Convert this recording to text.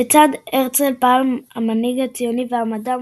לצד הרצל פעל המנהיג הציוני והמדען